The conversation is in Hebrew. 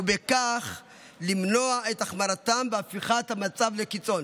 ובכך למנוע את החמרתם והפיכת המצב לקיצון.